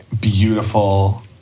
beautiful